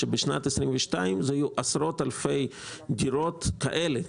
שבשנת 2022 יהיו עשרות אלפי דירות כאלה,